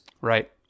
Right